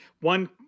one